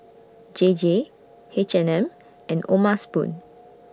J J H and M and O'ma Spoon